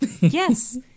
Yes